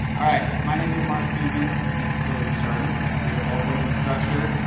all right. my name is mark suman and this is hilary scharton. we are both with instructure.